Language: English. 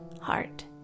heart